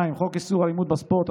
2. חוק איסור אלימות בספורט,